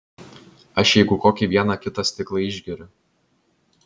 aš jeigu kokį vieną kitą stiklą išgeriu